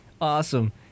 awesome